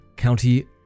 County